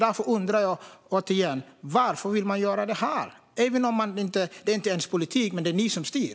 Därför frågar jag igen: Varför vill man göra detta? Även om det inte är er politik är det ni som styr.